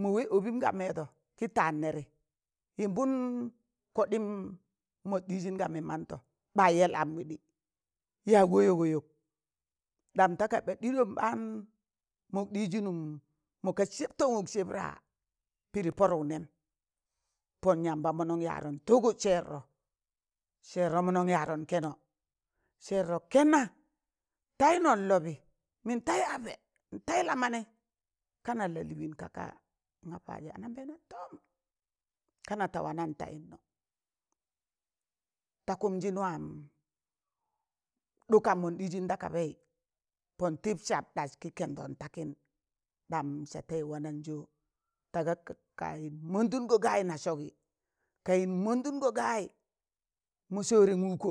mọ wẹ ọbịm ga mẹẹdọ kị taan nẹrị yịmbụm kọɗịm mọt ɗịizịn ga meẹ mantọ ba yẹl am wịɗi,̣ yag wọyọk wọyọk, ɗam da kaba ɗịyọm baan mọk ɗịzịnụm mọnga sẹb tọn ka sẹb ra pịdị padụk nẹm pon yamba mọnọn yaadọn tụgụt sẹeṛọ seerọ manọn yaadọm kẹnọ sẹrrọ kẹnna taịnọ n lọbị mịn taị apẹ, n taị la manẹị kana lalịịn naka? nga paaz anambẹẹntọm kana ta wanan tayịn nọ ta kụmjịn wam ɗụkam mọn ɗịzịn da kabẹị, pon tịb sam ɗas kị kẹndọn takịn, ɗan sataịzẹ wa nan sọ? tagaa kayịm mọndụngọ gayị na sọgi kayim mondungo gayi mosore n wụkkọ,